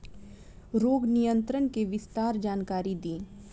रोग नियंत्रण के विस्तार जानकारी दी?